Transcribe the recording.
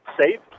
safe